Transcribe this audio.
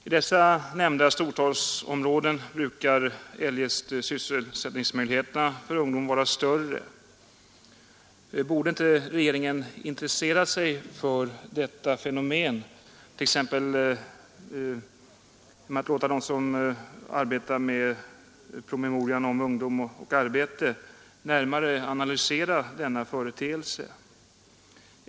I nämnda storstadsområden brukar eljest sysselsättningsmöjligheterna för ungdom vara större. Borde inte regeringen intressera sig för detta fenomen och t.ex. låta dem som arbetar med promemorian Ungdom och arbete närmare analysera denna företeelse?